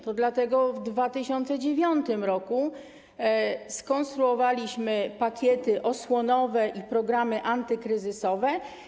To dlatego w 2009 r. skonstruowaliśmy pakiety osłonowe i programy antykryzysowe.